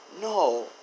No